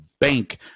bank